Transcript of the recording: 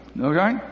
Okay